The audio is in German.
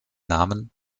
namen